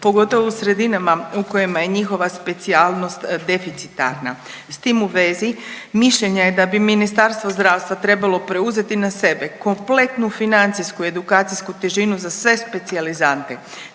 pogotovo u sredinama u kojima je njihova specijalnost deficitarna. S tim u vezi mišljenja je da bi Ministarstvo zdravstva trebalo preuzeti na sebe kompletnu financijsku edukacijsku težinu za sve specijalizante